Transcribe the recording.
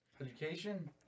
Education